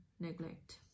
neglect